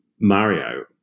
Mario